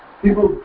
people